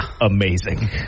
amazing